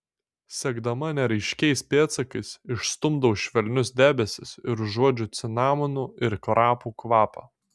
sekdama neraiškiais pėdsakais išstumdau švelnius debesis ir užuodžiu cinamonų ir krapų kvapą